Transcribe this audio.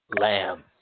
lamb